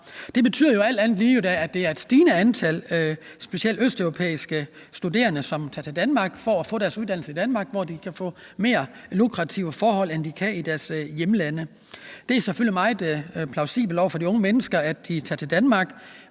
Det betyder jo alt andet lige, at der er et stigende antal specielt østeuropæiske studerende, der tager til Danmark for at få deres uddannelse, hvor de kan få mere lukrative forhold, end de kan i deres hjemlande. Det er selvfølgelig meget plausibelt, at de unge mennesker tager til Danmark,